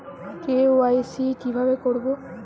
KYC কিভাবে করব?